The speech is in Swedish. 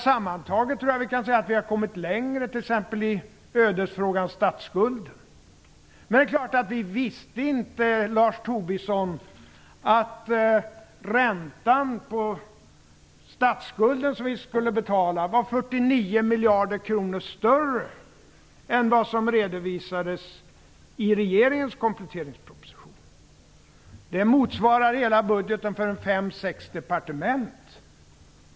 Sammantaget tror jag att vi kan säga att vi har kommit längre t.ex. i ödesfrågan statsskulden. Men det är klart, Lars Tobisson, att vi inte visste att räntan på statsskulden som vi skulle betala var 49 miljarder kronor större än vad som redovisades i regeringens kompletteringsproposition. Det motsvarar hela budgeten för fem sex departement.